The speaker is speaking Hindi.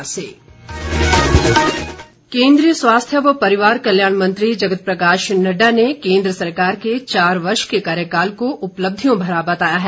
नड्डा केंद्रीय स्वास्थ्य व परिवार कल्याण मंत्री जगत प्रकाश नड़डा ने केंद्र सरकार के चार वर्ष के कार्यकाल को उपलब्धियों भरा बताया है